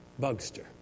Bugster